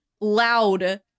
loud